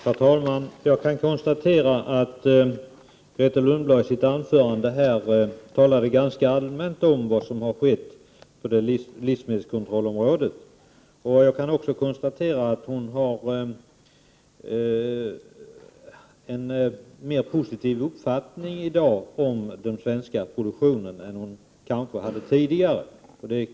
Herr talman! Grethe Lundblad talade i sitt anförande ganska allmänt om vad som har skett på livsmedelskontrollområdet, och jag kan med tillfredsställelse konstatera att hon har en mer positiv inställning i dag till den svenska produktionen än hon kanske hade tidigare.